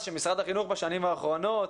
זה שמשרד החינוך בשנים האחרונות,